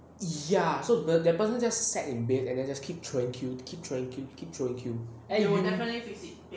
ya so the that person just sat in base and then just keep throwing kill keep throwing kill keep throwing kill and you